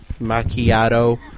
Macchiato